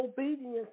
obedience